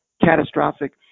catastrophic